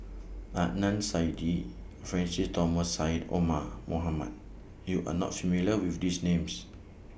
Adnan Saidi Francis Thomas Syed Omar Mohamed YOU Are not familiar with These Names